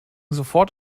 sofort